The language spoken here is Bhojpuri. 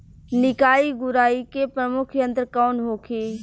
निकाई गुराई के प्रमुख यंत्र कौन होखे?